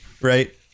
right